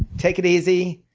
take it easy,